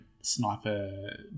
sniper